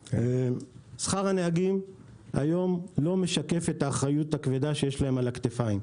שכר הנהגים היום לא משקף את האחריות הכבדה שיש להם על הכתפיים.